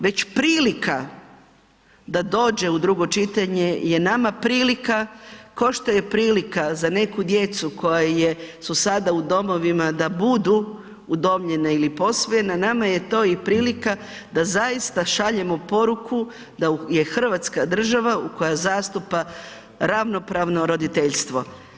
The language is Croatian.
Već prilika da dođe u drugo čitanje je nama prilika ko što je prilika za neku djecu koja su sada u domovima da budu udomljena ili posvojena nama je to i prilika da zaista šaljemo poruku da je Hrvatska država koja zastupa ravnopravno roditeljstvo.